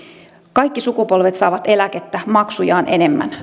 kaikki sukupolvet saavat eläkettä maksujaan enemmän